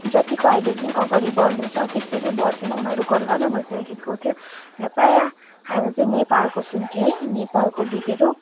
जतिको अहिले जुन अगाडि बढ्दैछ त्यसरी बढ्थेन उनीहरू घरमै बसेर गीत गाउँथ्यो र प्राय हामी चाहिँ नेपालको सुन्थ्यो है नेपालको गीतहरू